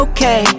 Okay